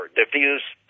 diffused